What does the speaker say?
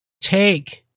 take